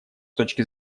точки